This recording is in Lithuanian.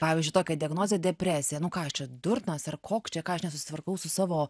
pavyzdžiui tokią diagnozę depresija nu ką aš čia durnas ar koks čia ką aš nesusitvarkau su savo